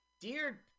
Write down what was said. Dear